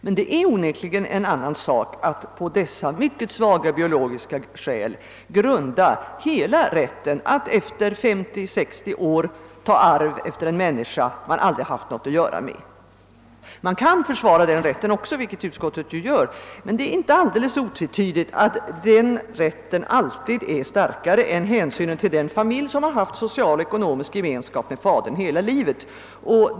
Onekligen är det dock en annan sak att på dessa mycket svaga biologiska grunder bygga hela rätten att efter 50 —60 år ta arv efter en människa som man aldrig haft något att göra med. Också den rätten kan försvaras, vilket utskottet gör, men det är inte alldeles otvetydigt att den alltid bör vara starkare än hänsynen till den familj, som har haft social och ekonomisk gemenskap med fadern hela livet.